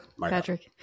Patrick